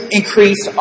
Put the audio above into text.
increase